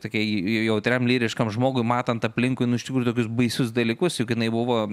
tokiai jautriam lyriškam žmogui matant aplinkui nu iš tikrųjų tokius baisius dalykus juk jinai buvo